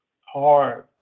hard